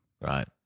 Right